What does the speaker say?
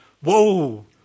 whoa